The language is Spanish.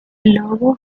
logo